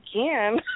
again